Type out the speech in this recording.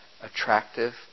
attractive